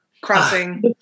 crossing